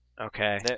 Okay